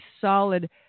solid